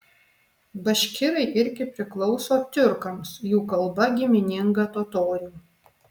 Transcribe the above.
baškirai irgi priklauso tiurkams jų kalba gimininga totorių